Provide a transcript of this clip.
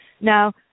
Now